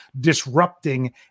disrupting